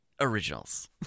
originals